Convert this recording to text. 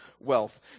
wealth